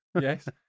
Yes